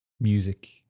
music